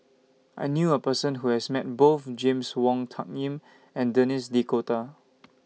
I knew A Person Who has Met Both James Wong Tuck Yim and Denis D'Cotta